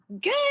Good